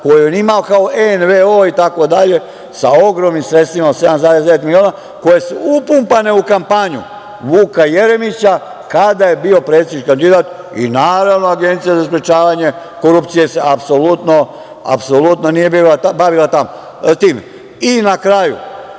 koja ima kao NVO itd, sa ogromnim sredstvima od 7,9 miliona koje su upumpane u kampanju Vuka Jeremića kada je bio predsednički kandidat i naravno da se Agencija za sprečavanje korupcije nije apsolutno bavila time.I na kraju,